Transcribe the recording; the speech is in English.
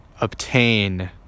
obtain